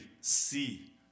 see